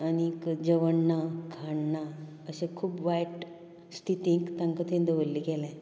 आनीक जेवण ना खाण ना अशें खूब वायट स्थितीक तांका थंय दवरले गेले